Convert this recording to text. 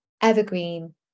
evergreen